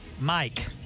Mike